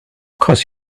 course